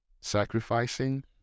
sacrificing